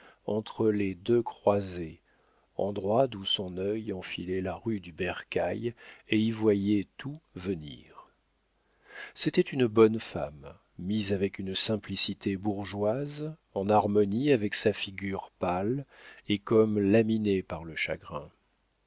entre les deux croisées endroit d'où son œil enfilait la rue du bercail et y voyait tout venir c'était une bonne femme mise avec une simplicité bourgeoise en harmonie avec sa figure pâle et comme laminée par le chagrin